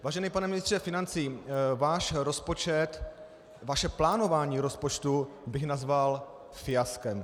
Vážený pane ministře financí, váš rozpočet, vaše plánování rozpočtu bych nazval fiaskem.